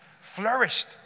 flourished